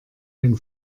den